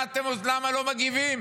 למה אתם לא מגיבים?